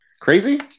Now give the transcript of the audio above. crazy